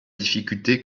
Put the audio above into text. difficulté